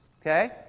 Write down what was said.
okay